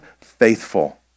faithful